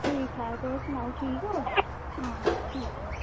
ठीक ठाक तुस सनाओ ठीक ऐ आं ठीक ऐ